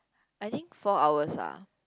I think four hours ah